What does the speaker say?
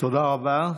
תודה רבה.